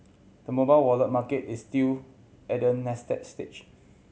the mobile wallet market is still at a nascent stage